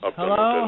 hello